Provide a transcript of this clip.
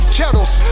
kettles